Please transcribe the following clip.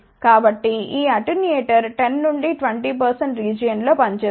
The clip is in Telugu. కాబట్టి ఈ అటెన్యూయేటర్ 10 నుండి 20 రీజియన్ లో పని చేస్తుంది